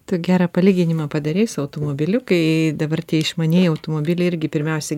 tu gerą palyginimą padarei su automobiliu kai dabar tie išmanieji automobiliai irgi pirmiausia